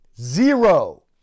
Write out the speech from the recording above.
Zero